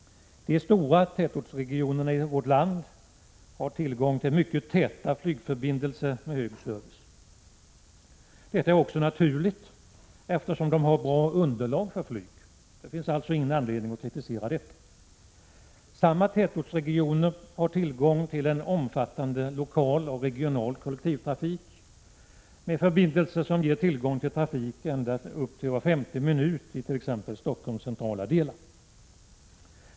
De stora tätortsregionerna i vårt land har tillgång till mycket täta flygförbindelser med hög service. Detta är också naturligt, eftersom de har bra underlag för flyg. Det finns alltså ingen anledning att kritisera detta. Samma tätortsregioner har tillgång till en omfattande lokal och regional kollektivtrafik med förbindelser som ger tillgång till trafik upp till var femte minut i t.ex. Stockholms centrala delar.